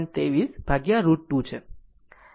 23 √ 2 છે